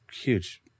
huge